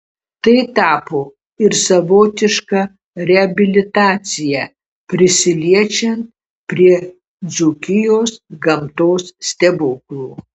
tai tapo ir savotiška reabilitacija prisiliečiant prie dzūkijos gamtos stebuklų